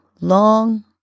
Long